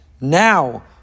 now